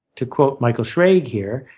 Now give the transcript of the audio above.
to quote michael schrage here,